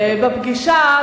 בפגישה,